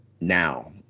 now